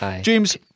James